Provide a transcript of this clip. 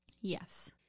yes